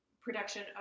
production